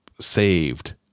saved